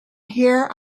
here